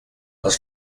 les